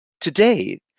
Today